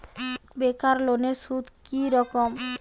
বেকার লোনের সুদ কি রকম?